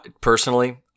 personally